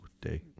Day